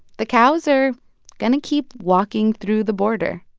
the cows are going to keep walking through the border